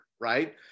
right